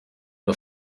nur